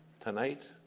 tonight